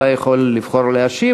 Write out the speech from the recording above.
אתה יכול לבחור להשיב,